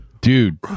Dude